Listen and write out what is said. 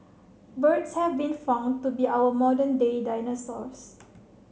birds have been found to be our modern day dinosaurs